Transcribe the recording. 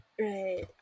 Right